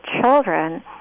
children